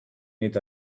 need